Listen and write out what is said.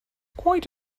quite